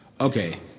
Okay